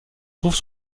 trouve